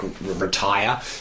retire